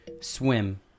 Swim